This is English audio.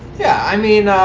yeah. i mean,